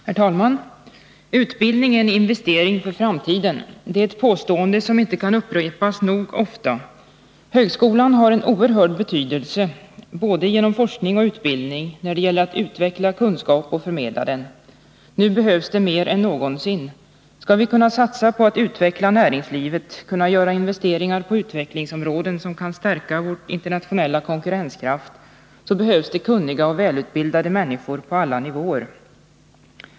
Herr talman! Utbildning är en investering för framtiden. Det är ett påstående som inte kan upprepas nog ofta. Högskolan har en oerhörd betydelse — genom både forskning och utbildning — när det gäller att utveckla kunskap och förmedla den. Nu behövs det mer än någonsin. Skall vi kunna satsa på att utveckla näringslivet, kunna göra investeringar på utvecklingsområden som kan stärka vår internationella konkurrenskraft, behövs det kunniga och välutbildade människor på alla nivåer.